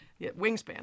Wingspan